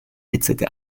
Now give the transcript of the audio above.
etc